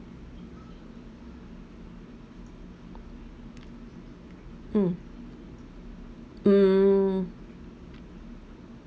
mm hmm